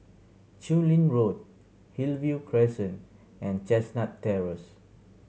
Chu Lin Road Hillview Crescent and Chestnut Terrace